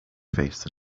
face